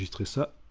preset